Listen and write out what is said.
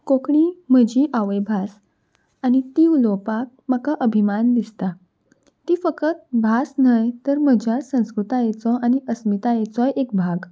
कोंकणी म्हजी आवयभास आनी ती उलोवपाक म्हाका अभिमान दिसता ती फकत भास न्हय तर म्हज्या संस्कृतायेचो आनी अस्मितायेचोय एक भाग